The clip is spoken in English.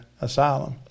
asylum